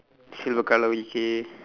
silver colour okay